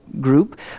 Group